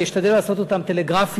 ואני אשתדל לעשות זאת טלגרפית.